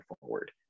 forward